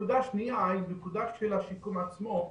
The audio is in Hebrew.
הנקודה השנייה היא הנקודה של השיקום עצמו,